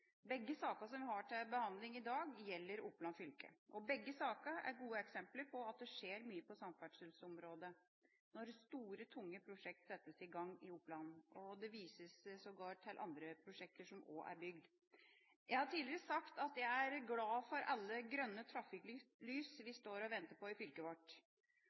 Begge sakene som vi har til behandling i dag, gjelder Oppland fylke. Begge sakene er gode eksempler på at det skjer mye på samferdselsområdet, når store, tunge prosjekter settes i gang i Oppland. Det vises sågar til andre prosjekter som også er bygd. Jeg har tidligere sagt at jeg er glad for alle grønne trafikklys vi står og venter på i fylket vårt,